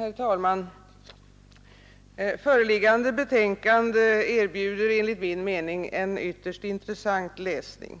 Herr talman! Justitieutskottets föreliggande betänkande erbjuder enligt min mening en ytterst intressant läsning. I